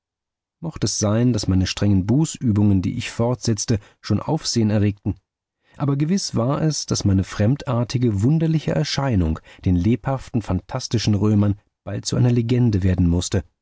mocht es sein daß meine strenge bußübungen die ich fortsetzte schon aufsehen erregten aber gewiß war es daß meine fremdartige wunderliche erscheinung den lebhaften phantastischen römern bald zu einer legende werden mußte